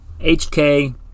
HK